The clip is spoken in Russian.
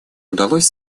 удалось